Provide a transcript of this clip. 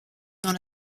dans